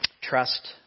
Trust